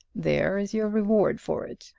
there is your reward for it.